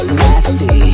nasty